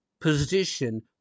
position